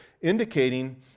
indicating